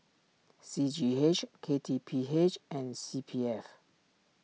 C G H K T P H and C P F